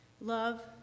Love